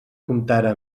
comptara